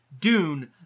Dune